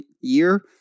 year